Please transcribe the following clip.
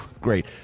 Great